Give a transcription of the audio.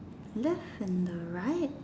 left and the right